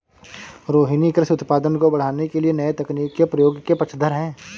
रोहिनी कृषि उत्पादन को बढ़ाने के लिए नए तकनीक के प्रयोग के पक्षधर है